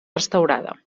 restaurada